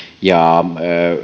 ja